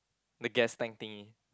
the gas tank thingy